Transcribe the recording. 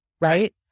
right